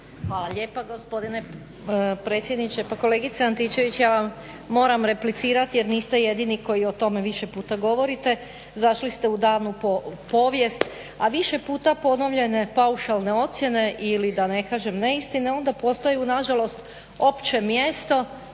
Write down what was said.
Hvala lijepa gospodine predsjedniče. Pa kolegice Antičević ja vam moram replicirati jer niste jedini koji o tome više puta govorite, zašli ste u davnu povijest, a više puta ponovljene paušalne ocjene ili da ne kažem neistine onda postaju nažalost opće mjesto